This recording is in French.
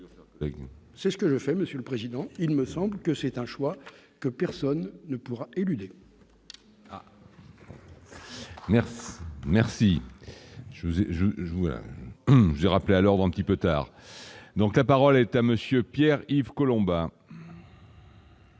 c'est ce que je fais Monsieur le Président, il me semble que c'est un choix que personne ne pourra éluder. Merci, merci, je vous ai je joueur rappelé à l'ordre un petit peu tard donc, la parole est à monsieur Pierre Yves Collombat.